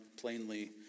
plainly